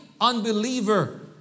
unbeliever